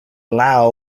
lao